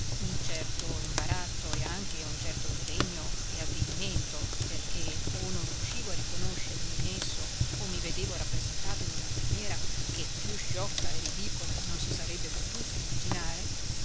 un certo imbarazzo e anche un certo sdegno e avvilimento perché o non riuscivo a riconoscermi in l'uomo solo luigi pirandello esso o mi vedevo rappresentato in una maniera che più sciocca e ridicola non si sarebbe potuta immaginare